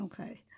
Okay